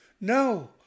No